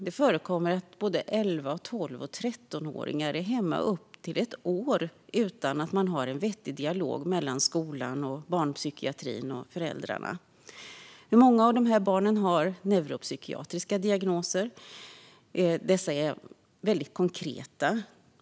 Det förekommer att 11-åringar, 12-åringar och 13-åringar är hemma i upp till ett år utan att det finns en vettig dialog mellan skolan, barnpsykiatrin och föräldrarna. Många av de här barnen har neuropsykatriska diagnoser, och dessa är väldigt konkreta.